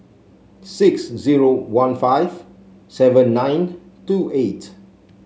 six zero one five seven nine two eight